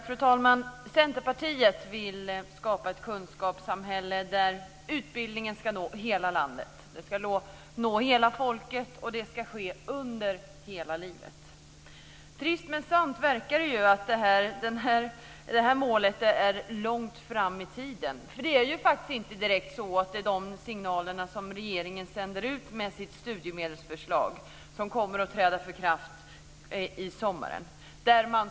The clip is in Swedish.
Fru talman! Centerpartiet vill skapa ett kunskapssamhälle där utbildningen ska nå hela landet, hela folket och under hela livet. Trist nog, men sant, verkar det målet ligga långt fram i tiden. Det är faktiskt inte de signalerna som regeringen sänder ut med sitt förslag till studiemedelssystem som kommer att träda i kraft i sommar.